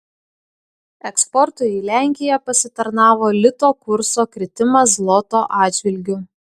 eksportui į lenkiją pasitarnavo lito kurso kritimas zloto atžvilgiu